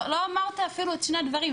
אפילו לא אמרת את שני הדברים.